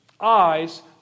Eyes